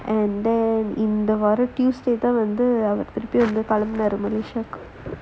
and then இந்த வாரம்:intha vaaram tuesday தான் வந்து திருப்பியும் வந்து கிளம்புனாறு:thaan vanthu thirumbiyum vanthu kilambunaaru malaysia